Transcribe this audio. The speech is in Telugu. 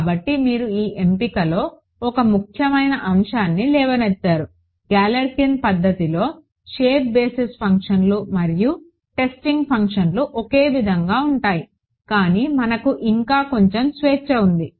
కాబట్టి మీరు ఈ ఎంపికలో ఒక ముఖ్యమైన అంశాన్ని లేవనెత్తారు గాలెర్కిన్ పద్ధతిలో షేప్ బేసిస్ ఫంక్షన్స్ మరియు టెస్టింగ్ ఫంక్షన్స్ ఒకే విధంగా ఉంటాయి కానీ మనకు ఇంకా కొంచెం స్వేచ్ఛ ఉంది